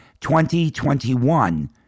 2021